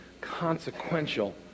consequential